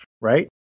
Right